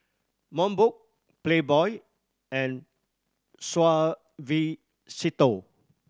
Mobot Playboy and Suavecito